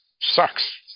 Sucks